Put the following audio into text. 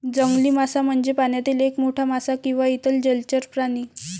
जंगली मासा म्हणजे पाण्यातील एक मोठा मासा किंवा इतर जलचर प्राणी